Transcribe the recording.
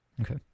Okay